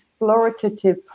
explorative